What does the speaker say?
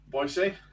Boise